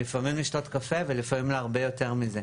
לפעמים הן מגיעות לשתות קפה ולפעמים הן מגיעות להרבה יותר מזה.